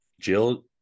jill